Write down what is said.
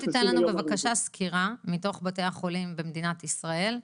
שנקרא, עם "החברים שלנו"